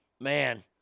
Man